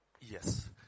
Yes